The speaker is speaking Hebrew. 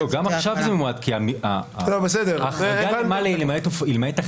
גם עכשיו זה ממועט כי ההחרגה היא למעט הכנסה,